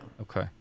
Okay